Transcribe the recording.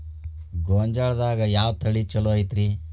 ಗೊಂಜಾಳದಾಗ ಯಾವ ತಳಿ ಛಲೋ ಐತ್ರಿ?